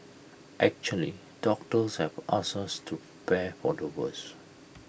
actually doctors have asked us to prepare for the worst